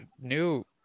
new